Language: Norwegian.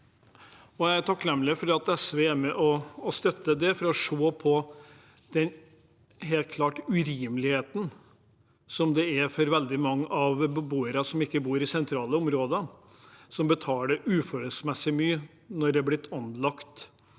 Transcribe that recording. Jeg er takknemlig for at SV er med på å støtte å se på den helt klare urimeligheten det er for veldig mange beboere som ikke bor i sentrale områder, og som betaler uforholdsmessig mye når det blir anlagt